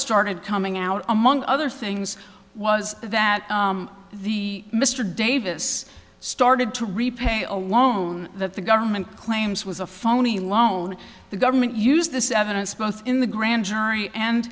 started coming out among other things was that the mr davis started to repay a loan that the government claims was a phony loan the government used this evidence both in the grand jury